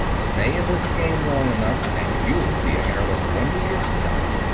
stay in this game long enough and you'll be a hairless wonder yourself.